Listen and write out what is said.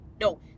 No